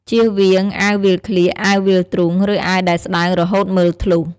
ជៀសវាងអាវវាលក្លៀក អាវវាលទ្រូង ឬអាវដែលស្តើងរហូតមើលធ្លុះ។